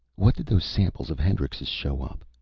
what did those samples of hendrix's show up?